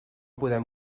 podem